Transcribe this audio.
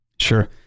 Sure